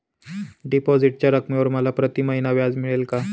डिपॉझिटच्या रकमेवर मला प्रतिमहिना व्याज मिळेल का?